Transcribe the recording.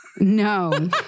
No